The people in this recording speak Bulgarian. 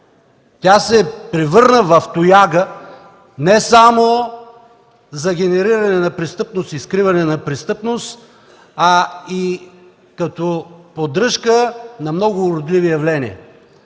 тя се превърна в тояга не само за регенериране на престъпност и скриване на престъпност, а и като поддръжка на много уродливи явления.